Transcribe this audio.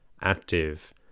active